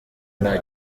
nta